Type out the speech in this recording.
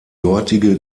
dortige